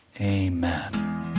amen